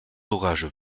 orages